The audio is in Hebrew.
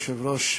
אדוני היושב-ראש,